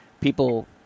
people